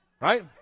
Right